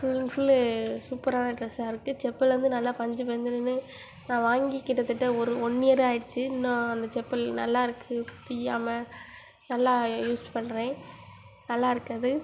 full and full சூப்பரான ட்ரெஸ்ஸாக இருக்குது செப்பல் வந்து நல்லா பஞ்சு பஞ்சுன்னு நான் வாங்கி கிட்டத்தட்ட ஒரு ஒன் இயர் ஆகிடுச்சி இன்னும் அந்த செப்பல் நல்லா இருக்குது பிய்யாமல் நல்லா யூஸ் பண்ணுறேன் நல்லா இருக்குது அது